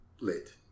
lit